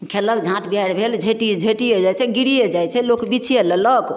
खेलक झाँट बिहारि भेल झैटिये जाइ छै गिरिये जाइ छै लोक बिछिये लेलक